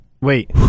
wait